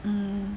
mm